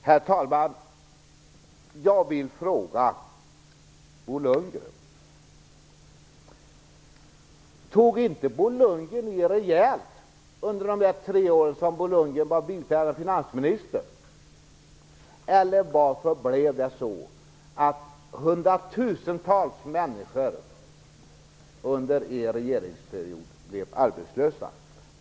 Herr talman! Jag vill fråga Bo Lundgren om han inte under de tre år när han var biträdande finansminister tog i rejält. Varför blev hundratusentals människor under er regeringsperiod arbetslösa?